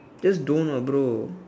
just don't want lah bro